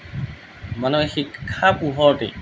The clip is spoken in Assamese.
মানুহে শিক্ষাৰ পোহৰতেই